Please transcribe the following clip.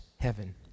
heaven